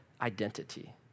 identity